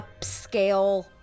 upscale